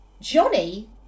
Johnny